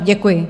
Děkuji.